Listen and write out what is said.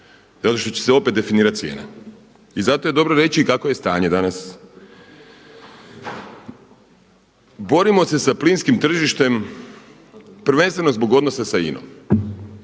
to ne radi zato što će se opet definirati cijena i zato je dobro reći i kakvo je stanje danas. Borimo se sa plinskim tržištem prvenstveno zbog odnosa sa INA-om.